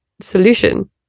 solution